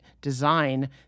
design